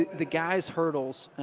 the guys' hurdles,